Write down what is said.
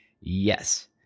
yes